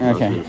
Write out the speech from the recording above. Okay